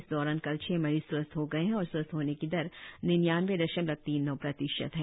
इस दौरान कल छह मरीज स्वस्थ हो गए है और स्वस्थ होने की दर निन्यानवे दशमलव तीन नौ प्रतिशत है